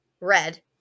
red